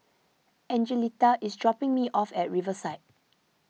Angelita is dropping me off at Riverside